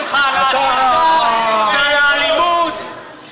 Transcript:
הצעת החוק הראשונה היא של חבר הכנסת מאיר כהן וקבוצת